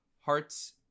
Hearts